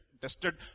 Tested